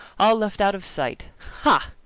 all left out of sight! hah!